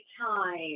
time